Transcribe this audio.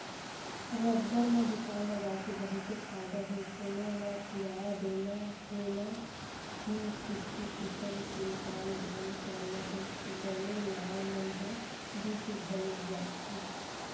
रद्दा म दुकान लगाय के बहुते फायदा हे कोनो ल किराया देना हे न ही कुछु किसम के तामझाम करना हे बने माल मन ह बिक घलोक जाथे